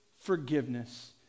forgiveness